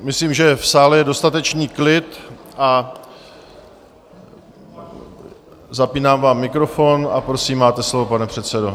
Myslím, že v sále je dostatečný klid, zapínám vám mikrofon a prosím, máte slovo, pane předsedo.